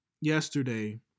yesterday